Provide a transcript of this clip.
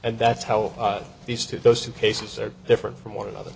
and that's how these two those two cases are different from one another